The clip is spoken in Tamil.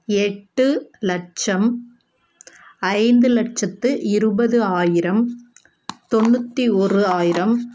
எட்டு லட்சம் ஐந்து லட்சத்து இருபது ஆயிரம் தொண்ணூற்றி ஒரு ஆயிரம்